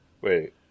Wait